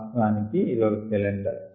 వాస్తవానికి ఇది ఒక సిలిండర్